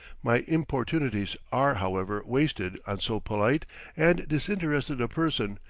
my importunities are, however, wasted on so polite and disinterested a person,